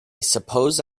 suppose